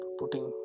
putting